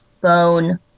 bone